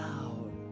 out